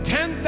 Ten